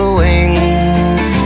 wings